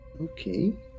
okay